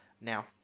now